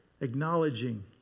Acknowledging